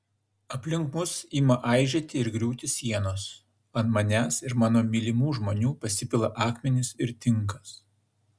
aplink mus ima aižėti ir griūti sienos ant manęs ir mano mylimų žmonių pasipila akmenys ir tinkas